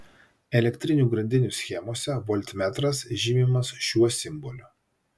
elektrinių grandinių schemose voltmetras žymimas šiuo simboliu